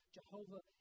Jehovah